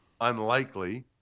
unlikely